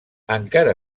encara